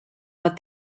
but